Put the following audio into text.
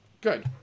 good